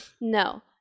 No